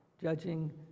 judging